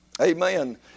Amen